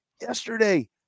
Yesterday